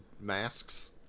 masks